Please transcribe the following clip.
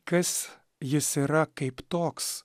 kas jis yra kaip toks